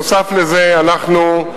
נוסף על זה, אנחנו,